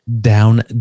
down